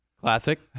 Classic